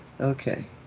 Okay